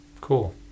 Cool